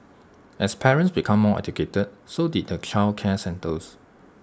as parents became more educated so did the childcare centres